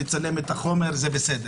לצלם את החומר זה בסדר.